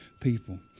people